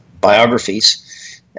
biographies